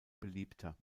beliebter